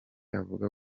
avuga